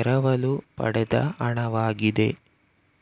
ಎರವಲು ಪಡೆದ ಹಣ ವಾಗಿದೆ